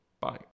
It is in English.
bye